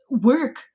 work